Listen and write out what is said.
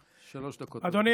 שלוש דקות לרשותך.